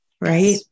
Right